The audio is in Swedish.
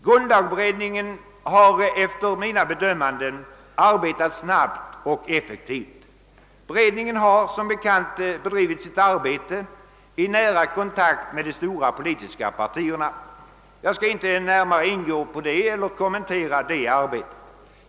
Grundlagberedningen har enligt mitt bedömande arbetat snabbt och effektivt. Beredningen har som bekant bedrivit sitt arbete i nära kontakt med de stora politiska partierna. Jag skall inte närmare ingå på eller kommentera detta arbete.